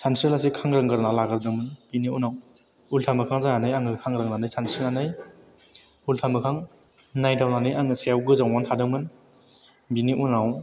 सानस्रियालासिनो खांग्रांना लाग्रोदोंमोन बेनि उनाव उल्था मोखां जानानै आङो खांग्रांनानै सानस्रिनानै उल्था मोखां नायदावनानै आङो सायाव गोजावनानै थादोंमोन बेनि उनाव